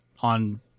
on